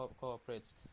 cooperates